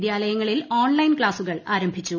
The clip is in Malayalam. വിദ്യാലയങ്ങളിൽ ഓൺലൈൻ ക്ലാസ്സുകൾ ആരംഭിച്ചു